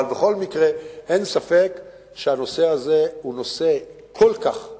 בכל מקרה, אין ספק שהנושא הזה הוא נושא בעייתי.